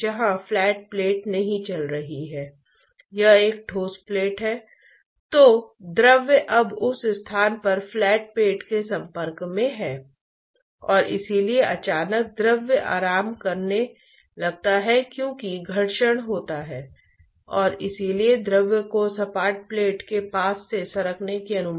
इसलिए मैं औसत हीट ट्रांसपोर्ट गुणांक के संदर्भ में ठोस से द्रव में शुद्ध ताप ट्रांसपोर्ट को फिर से लिख सकता हूं